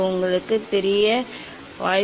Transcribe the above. ஆம் நான் திரும்பி வந்தேன்